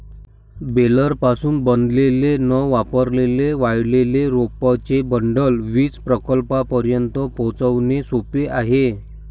बेलरपासून बनवलेले न वापरलेले वाळलेले रोपांचे बंडल वीज प्रकल्पांपर्यंत पोहोचवणे सोपे आहे